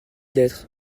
lettre